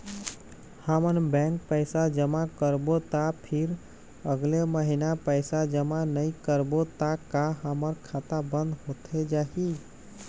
हमन बैंक पैसा जमा करबो ता फिर अगले महीना पैसा जमा नई करबो ता का हमर खाता बंद होथे जाही?